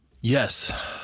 Yes